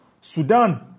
Sudan